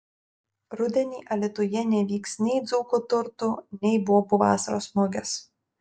rudenį alytuje nevyks nei dzūkų turtų nei bobų vasaros mugės